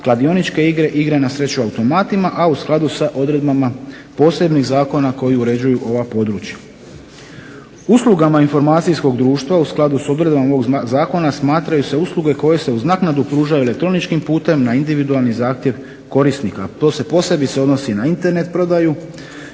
kladioničke igre, igre na sreću automatika, a u skladu sa odredbama posebnih zakona koji uređuju ova područja. Uslugama informacijskog društva u skladu s odredbama ovog zakona smatraju se usluge koje se uz naknadu pružaju elektroničkim putem na individualni zahtjev korisnika, to se posebice odnosi na Internet prodaju